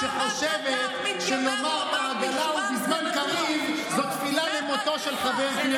שחושבת שלומר "בעגלא ובזמן קריב" זאת תפילה למותו של חבר כנסת?